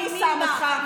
מי שם אותך,